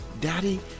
Daddy